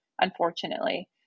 Unfortunately